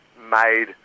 made